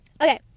okay